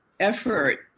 effort